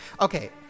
Okay